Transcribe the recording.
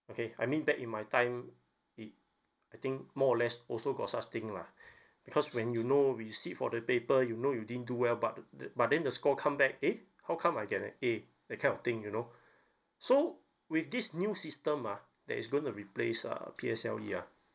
okay I mean back in my time it I think more or less also got such thing lah because when you know receive for the paper you know you didn't do well but the but then the score come back eh how come I get an A that kind of thing you know so with this new system ah that's going to replace uh P_S_L_E ah